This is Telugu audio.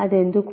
అది ఎందుకు